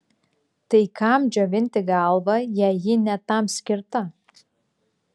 tai kam džiovinti galvą jei ji ne tam skirta